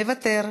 מוותר.